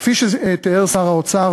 כפי שתיאר שר האוצר,